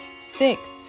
Six